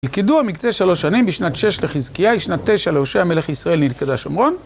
לקידוע מקצה שלוש שנים בשנת שש לחזקיה היא שנת תשע להושע המלך ישראל נלכדה שומרון